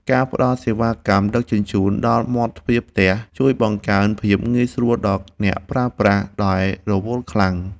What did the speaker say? ការផ្តល់សេវាកម្មដឹកជញ្ជូនដល់មាត់ទ្វារផ្ទះជួយបង្កើនភាពងាយស្រួលដល់អ្នកប្រើប្រាស់ដែលរវល់ខ្លាំង។